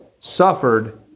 suffered